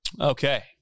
Okay